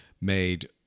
made